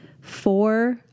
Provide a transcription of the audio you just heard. four